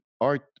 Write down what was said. art